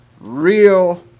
real